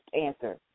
answer